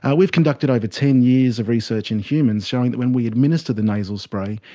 and we've conducted over ten years of research in humans showing that when we administer the nasal spray,